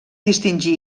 distingir